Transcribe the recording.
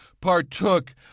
partook